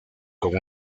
con